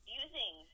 using